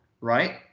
Right